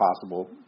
possible